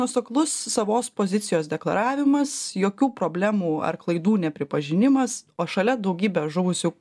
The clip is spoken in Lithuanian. nuoseklus savos pozicijos deklaravimas jokių problemų ar klaidų nepripažinimas o šalia daugybė žuvusių